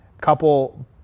Couple